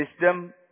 wisdom